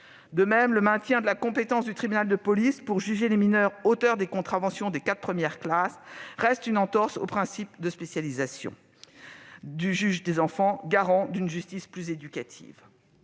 De même, le maintien de la compétence du tribunal de police pour juger les mineurs auteurs de contraventions des quatre premières classes demeure une entorse au principe de spécialisation du juge des enfants, garant d'une justice plus éducative.